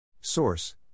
Source